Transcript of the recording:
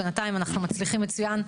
בינתיים אנחנו מצליחים מצוין,